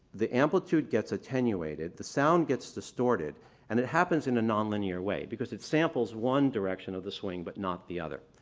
the amplitude gets attenuated the sound gets distorted and it happens in a non-linear way because it samples one direction of the swing, but not the other.